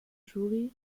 juri